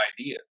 idea